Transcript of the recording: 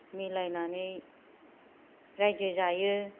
मिलायनानै रायजो जायो